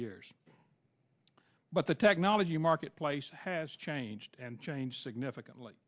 years but the technology marketplace has changed and changed significantly